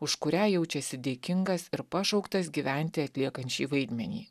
už kurią jaučiasi dėkingas ir pašauktas gyventi atliekant šį vaidmenį